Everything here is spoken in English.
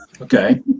okay